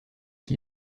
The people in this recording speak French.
qui